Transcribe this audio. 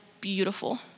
beautiful